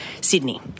Sydney